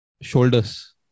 shoulders